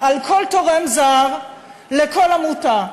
על כל תורם זר לכל עמותה.